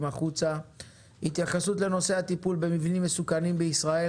החוצה; התייחסות לנושא הטיפול במבנים מסוכנים בישראל